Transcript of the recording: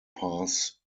pass